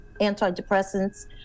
antidepressants